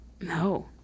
No